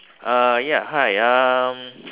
uh ya hi um